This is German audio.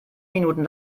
minuten